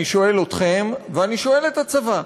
אני שואל אתכם ואני שואל את הצבא,